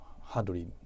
hardly